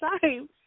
time